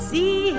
See